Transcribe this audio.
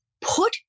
Put